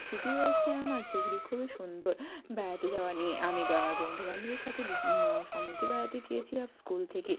স্মৃতি রয়েছে আমার যেগুলি খুবই সুন্দর বেড়াতে যাওয়া নিয়ে আমি বা আমার বন্ধুবান্ধবের সাথে বিভি সমুদ্রে বেড়াতে গিয়েছিলাম স্কুল থেকে